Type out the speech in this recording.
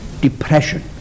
depression